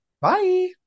Bye